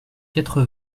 quatre